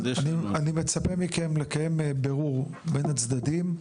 אני מצפה מכם לבירור בין הצדדים,